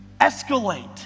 escalate